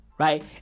Right